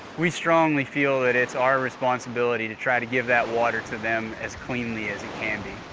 we strongly feel that it's our responsibility to try to give that water to them as cleanly as it can be.